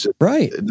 Right